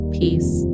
peace